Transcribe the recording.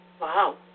Wow